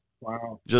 wow